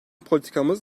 politikamız